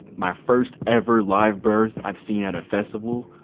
my first ever live birth, i've seen at a festival.